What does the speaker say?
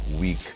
week